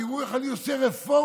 תראו איך אני עושה רפורמות,